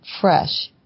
fresh